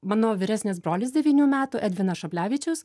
mano vyresnis brolis devynių metų edvinas šablevičius